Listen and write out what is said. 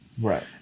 Right